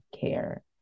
care